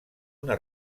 una